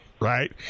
Right